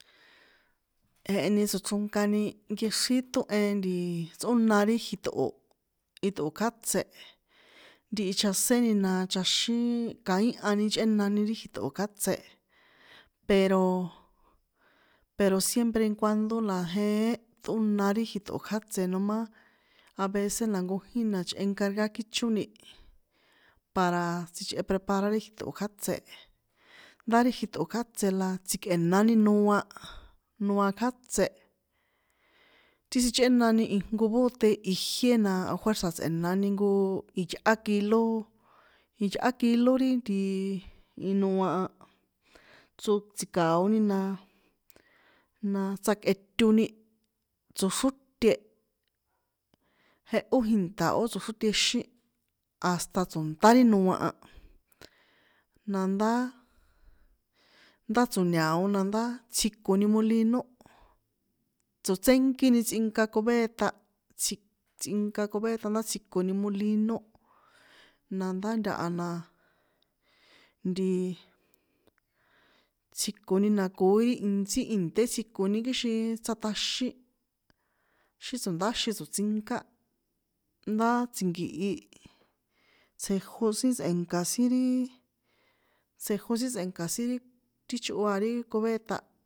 Jeheni tsochronkani nkexrín ṭohe tsꞌóna ri jiṭo̱, iṭꞌo̱ kjátsé, ntihi chjaséni na chaxín kaínhani chꞌénani ri iṭꞌo̱ kjátse, pero, pero siempre i cuando la jeén, ṭꞌóna ri jiṭꞌo̱ kjátse a nomá a vece na nkojíni na chꞌe encarga kóchoni para sichꞌe preparar ti jiṭꞌ´o̱ kjátsé, ndá jiṭꞌo̱ kjátsé la tsikꞌe̱nani noa, noa kjátsé, tsichꞌénani ijnko bóte ijié na ajuerza̱ tsꞌe̱nani jnko iyꞌá kilo, iyꞌá kilo ri ntiiii, inoa a, tso tsi̱ka̱oni na, na tsaketoni tsoxróte, jehó jìnṭa̱ ó tsoxrótexín hasta tso̱nṭá ri noa a, nandá, ndá tso̱ña̱o nandá tsjikoni molino, tsotsénkíni tsꞌinka cobeta, tsji, tsꞌinka cobeta ndá tsjikoni molino, nandá ntaha na, ntiiii, tsjikoni na koi intsí ìnṭé tsjikoni kixin tsjaṭaxín, xi̱ tso̱ndáxin tso̱tsinká, ndá tsi̱nki̱hi, tsjejo sin tsꞌe̱nka̱ sin ri, tsjejo sin tsꞌe̱nka̱ sin ri ti chꞌo a ri cubeta.